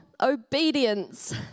obedience